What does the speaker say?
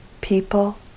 people